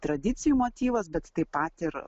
tradicijų motyvas bet taip pat ir